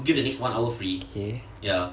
okay